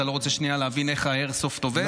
אתה לא רוצה שנייה להבין איך האיירסופט עובד?